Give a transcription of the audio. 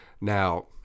now